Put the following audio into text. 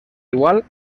igual